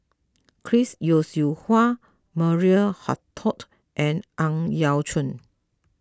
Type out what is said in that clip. Chris Yeo Siew Hua Maria Hertogh and Ang Yau Choon